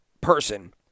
person